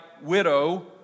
widow